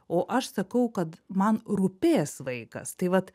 o aš sakau kad man rūpės vaikas tai vat